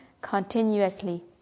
continuously